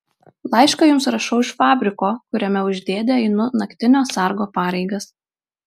laišką jums rašau iš fabriko kuriame už dėdę einu naktinio sargo pareigas